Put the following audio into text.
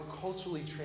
culturally